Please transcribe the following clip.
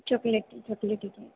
chocolaty chocolaty type